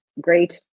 great